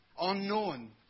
unknown